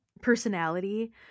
personality